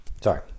Sorry